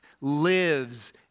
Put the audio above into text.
lives